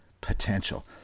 potential